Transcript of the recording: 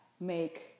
make